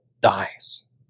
dies